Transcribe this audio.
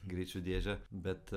greičių dėžę bet